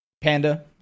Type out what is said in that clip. Panda